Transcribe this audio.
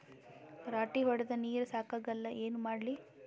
ರಾಟಿ ಹೊಡದ ನೀರ ಸಾಕಾಗಲ್ಲ ಏನ ಮಾಡ್ಲಿ?